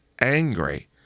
angry